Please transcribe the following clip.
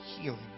healing